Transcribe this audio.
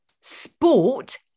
sport